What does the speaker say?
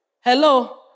Hello